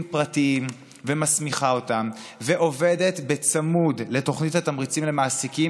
פרטיים ומסמיכה אותם ועובדת צמוד לתוכנית התמריצים למעסיקים,